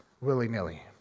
willy-nilly